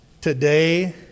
today